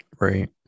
right